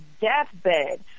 deathbed